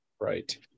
Right